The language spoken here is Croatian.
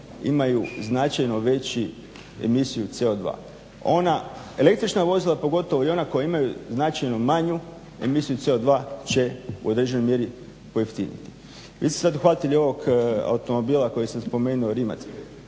imaju značajno veći emisiju CO2 ona električna vozila pogotovo i ona koja imaju značajno manju emisiju CO2 će u određenoj mjeri pojeftiniti. Vi ste se sad uhvatili ovog automobila koji sam spomenuo Rimac,